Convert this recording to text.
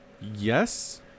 Yes